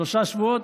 שלושה שבועות?